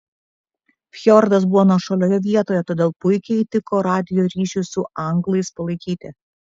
fjordas buvo nuošalioje vietoje todėl puikiai tiko radijo ryšiui su anglais palaikyti